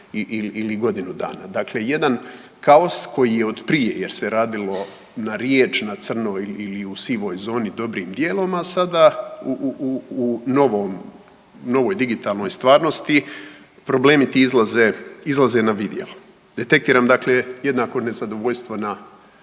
ili godinu dana. Dakle, jedan kaos koji je od prije jer se radilo na riječ, na crno ili u sivoj zoni dobrim dijelom a sada u novoj digitalnoj stvarnosti problemi ti izlaze na vidjelo. Detektiram dakle jednako nezadovoljstvo na